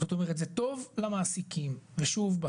זאת אומרת זה טוב למעסיקים ושוב,